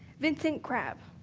vincent crabbe.